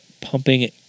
pumping